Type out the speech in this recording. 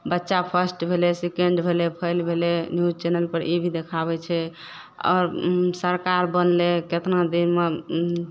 बच्चा फस्ट भेलय सेकेण्ड भेलय फेल भेलय न्यूज नलपर ई भी देखाबय छै आओर सरकार बनलय केतना दिनमे